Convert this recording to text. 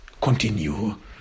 continue